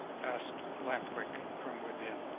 asked lamp-wick from within.